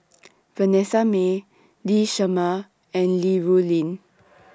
Vanessa Mae Lee Shermay and Li Rulin